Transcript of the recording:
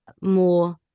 more